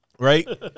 right